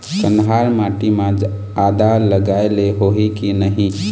कन्हार माटी म आदा लगाए ले होही की नहीं?